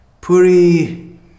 Puri